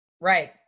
Right